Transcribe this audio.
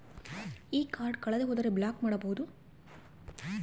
ಈ ಕಾರ್ಡ್ ಕಳೆದು ಹೋದರೆ ಬ್ಲಾಕ್ ಮಾಡಬಹುದು?